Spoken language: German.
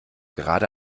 gerade